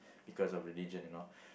because of religion and all